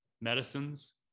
medicines